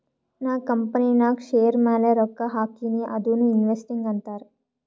ನಾ ಕಂಪನಿನಾಗ್ ಶೇರ್ ಮ್ಯಾಲ ರೊಕ್ಕಾ ಹಾಕಿನಿ ಅದುನೂ ಇನ್ವೆಸ್ಟಿಂಗ್ ಅಂತಾರ್